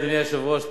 אדוני היושב-ראש,